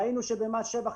ראינו שבמס שבח,